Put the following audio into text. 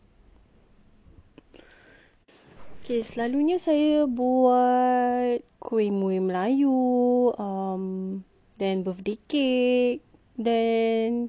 okay selalunya saya buat kuih-muih melayu um then birthday cake then kalau saya time